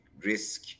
risk